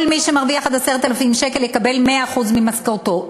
כל מי שמרוויח עד 10,000 יקבל 100% משכורתו.